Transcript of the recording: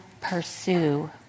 pursue